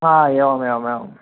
हा एवमेवमेवम्